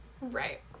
Right